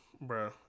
Bro